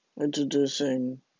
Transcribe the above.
introducing